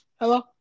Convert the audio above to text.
Hello